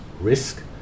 risk